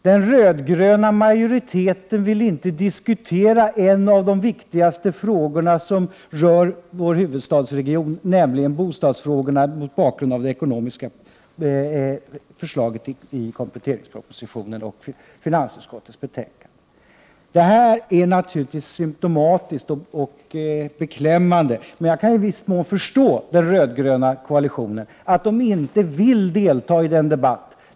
Den röd-gröna majoriteten vill inte diskutera en av de viktigaste frågorna som rör vår huvudstadsregion, nämligen bostadsfrågorna mot bakgrund av det ekonomiska förslaget i kompletteringspropositionen och finansutskottets betänkande. Det är naturligtvis symptomatiskt och beklämmande, men jag kan i viss mån förstå att den röd-gröna koalitionen inte vill delta i denna debatt.